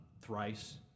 Thrice